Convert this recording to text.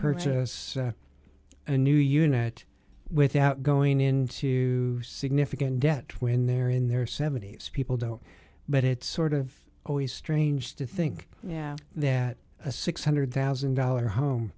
purchase a new unit without going into significant debt when they're in their seventy's people don't but it's sort of always strange to think yeah that a six hundred thousand dollars home